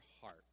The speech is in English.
heart